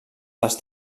dels